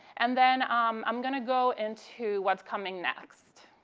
and then i'm going to go into what's coming next.